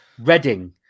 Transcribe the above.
Reading